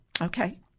Okay